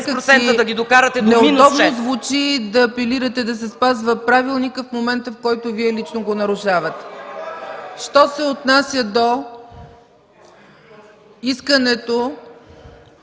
да ги докарате до минус 6%.